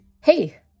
Hey